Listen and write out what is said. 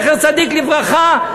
זכר צדיק לברכה,